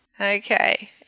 Okay